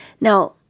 Now